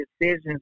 decisions